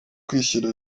kwishyira